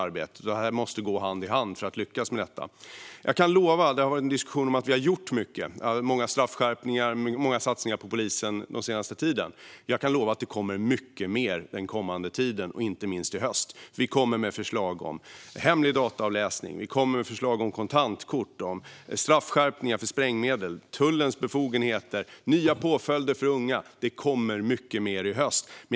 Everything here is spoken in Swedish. Detta måste gå hand i hand om vi ska lyckas med det här. Det har förts en diskussion om att vi har gjort mycket. Det har varit många straffskärpningar och många satsningar på polisen den senaste tiden. Och jag kan lova att det kommer mycket mer den kommande tiden, inte minst i höst. Vi kommer med förslag om hemlig dataavläsning, om kontantkort, om straffskärpningar för sprängmedel, om tullens befogenheter och om nya påföljder för unga. Och det kommer alltså mycket mer i höst.